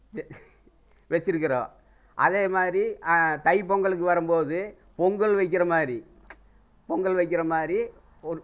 வெச்சுருக்கிறோம் அதே மாதிரி தைப் பொங்கலுக்கு வரும்போது பொங்கல் வைக்கிற மாதிரி பொங்கல் வைக்கிற மாதிரி ஒரு